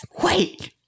Wait